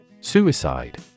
Suicide